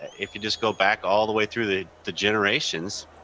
if you just go back all the way through the the generations,